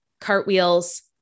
Cartwheels